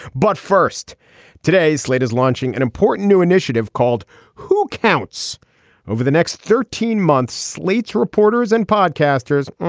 but first today's slate is launching an important new initiative called who counts over the next thirteen months slate's reporters and podcasters.